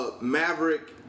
Maverick